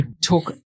talk